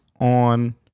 On